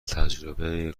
تجربه